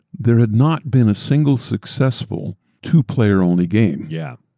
there had not been a single successful two-player only game. yeah,